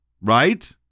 right